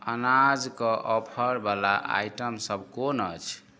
अनाजक ऑफरवला आइटम सब कोन अछि